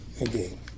again